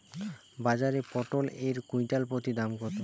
বাজারে পটল এর কুইন্টাল প্রতি দাম কত?